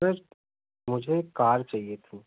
sir मुझे एक car चाहिए थी